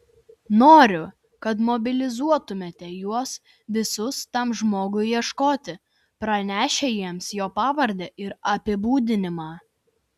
noriu kad mobilizuotumėte juos visus tam žmogui ieškoti pranešę jiems jo pavardę ir apibūdinimą